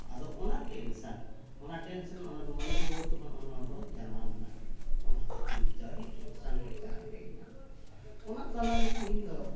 ᱟᱫᱚ ᱚᱱᱟ ᱴᱮᱱᱥᱚᱱ ᱚᱱᱟ ᱴᱮᱱᱥᱚᱱ ᱚᱱᱟ ᱫᱚ ᱢᱚᱱᱮ ᱨᱩᱣᱟᱹ ᱛᱚᱠᱷᱚᱱ ᱚᱱᱟ ᱫᱚ ᱡᱟᱱᱟᱢ ᱱᱟ ᱮᱱᱟ ᱚᱱᱟᱫᱚ ᱪᱤᱱᱛᱟᱹ ᱟᱹᱰᱤ ᱴᱮᱱᱥᱚᱱ ᱜᱮ ᱛᱟᱦᱮᱸ ᱦᱩᱭᱮᱱᱟ ᱚᱱᱟ ᱛᱟᱞᱟᱨᱮ ᱛᱤᱦᱤᱧ ᱫᱚ